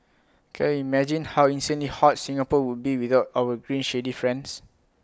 can you imagine how insanely hot Singapore would be without our green shady friends